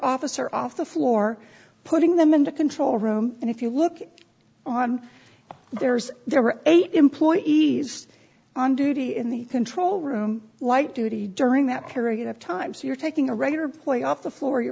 officer off the floor putting them in the control room and if you look on there's there were eight employees on duty in the control room light duty during that period of time so you're taking a regular play off the floor you